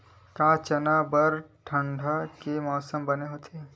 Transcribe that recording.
का चना बर ठंडा के मौसम बने होथे?